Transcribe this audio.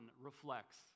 reflects